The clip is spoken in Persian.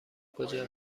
کجا